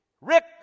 Rick